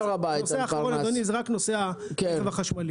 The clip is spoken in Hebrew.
נושא אחרון אדוני זה נושא הרכב החשמלי.